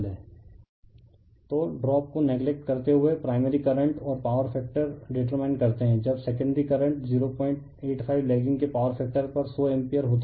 refer slide time 3310 तो drop को neglect करते हुए प्राइमरी करंट और पावर फैक्टर डीटरमाइन करते हैं जब सेकेंडरी करंट 085 लैगिंग के पावर फैक्टर पर 100 एम्पीयर होता है